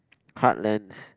heartlands